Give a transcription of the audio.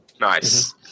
Nice